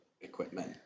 equipment